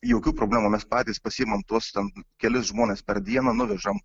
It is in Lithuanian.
jokių problemų mes patys pasiimam tuos ten kelis žmones per dieną nuvežam